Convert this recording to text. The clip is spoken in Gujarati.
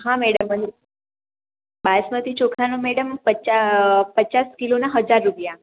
હા મેડમ બાસમતી ચોખાનો મેડમ પચાસ પચાસ કિલોના હજાર રૂપિયા